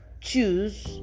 choose